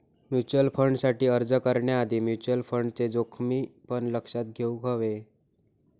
mutual फंडसाठी अर्ज करण्याआधी म्युचल फंडचे जोखमी पण लक्षात घेउक हवे